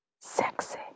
sexy